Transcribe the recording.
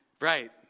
right